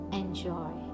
Enjoy